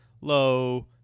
low